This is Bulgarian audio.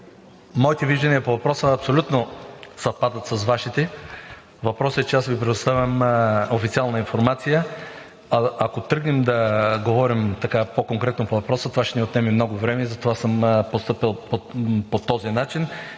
моите виждания по въпроса абсолютно съвпадат с Вашите. Въпросът е, че Ви предоставям официална информация, а ако тръгнем да говорим така по-конкретно по въпроса, това ще ни отнеме много време – затова съм постъпил по този начин.